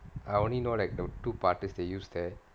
I only know like the two parties they use there